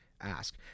ask